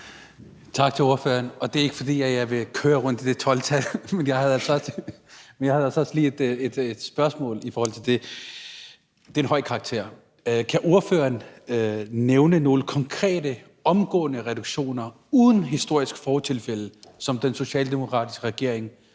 Tak til ordføreren. Det er ikke, fordi jeg vil køre rundt i det 12-tal, men jeg havde altså også lige et spørgsmål om det. Det er en høj karakter. Kan ordføreren nævne nogle konkrete omgående reduktioner uden historisk fortilfælde, som den socialdemokratiske regering